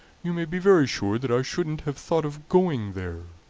you may be very sure that i shouldn't have thought of going there.